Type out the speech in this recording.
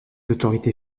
autorités